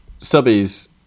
subbies